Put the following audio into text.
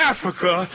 Africa